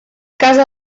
casa